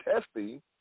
testing